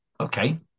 okay